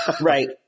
Right